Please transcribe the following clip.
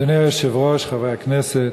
אדוני היושב-ראש, חברי הכנסת,